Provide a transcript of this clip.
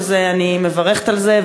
ואני מברכת על זה,